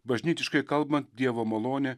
bažnytiškai kalbant dievo malonė